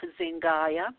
Zingaya